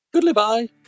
Goodbye